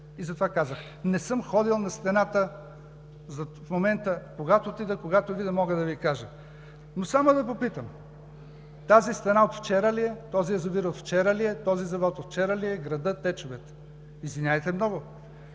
Затова казах: не съм ходил в момента на стената, когато отида, когато видя, мога да Ви кажа. Но само да попитам: тази стена от вчера ли е? Този язовир от вчера ли е? Този завод от вчера ли е? Градът и течовете? Извинявайте много,